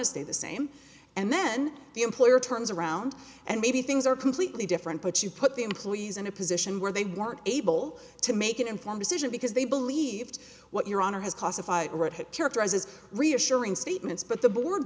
to stay the same and then the employer turns around and maybe things are completely different but you put the employees in a position where they weren't able to make an informed decision because they believed what your honor has cost if i had characterize as reassuring statements but the board